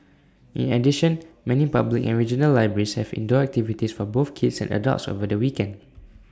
in addition many public and regional libraries have indoor activities for both kids and adults over the weekend